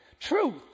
truth